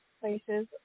places